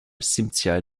cimetière